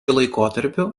laikotarpiu